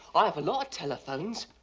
i have a lot of telephones,